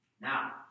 Now